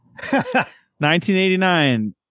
1989